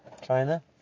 china